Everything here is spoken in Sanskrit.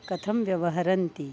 कथं व्यवहरन्ति